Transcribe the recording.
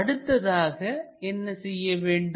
அடுத்ததாக என்ன செய்ய வேண்டும்